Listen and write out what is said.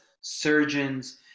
surgeons